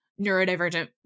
neurodivergent